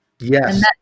Yes